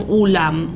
ulam